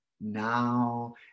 now